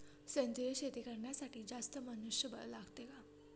सेंद्रिय शेती करण्यासाठी जास्त मनुष्यबळ लागते का?